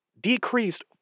decreased